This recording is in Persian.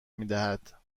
میدهد